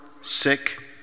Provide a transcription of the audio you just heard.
sick